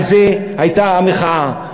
על זה הייתה המחאה,